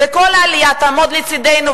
וכל העלייה תעמוד לצדנו,